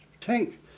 tank